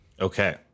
Okay